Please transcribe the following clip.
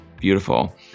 beautiful